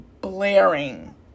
blaring